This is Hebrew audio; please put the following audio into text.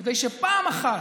כדי שפעם אחת,